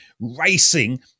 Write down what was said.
racing